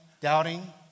doubting